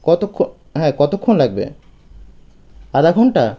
কতক্ষ হ্যাঁ কতক্ষণ লাগবে আধা ঘণ্টা